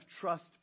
trust